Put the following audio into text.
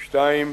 שתיים,